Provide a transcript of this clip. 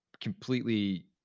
completely